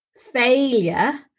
failure –